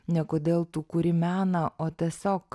ne kodėl tu kuri meną o tiesiog